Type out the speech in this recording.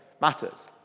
matters